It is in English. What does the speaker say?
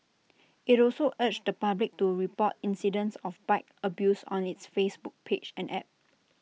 IT also urged the public to report incidents of bike abuse on its Facebook page and app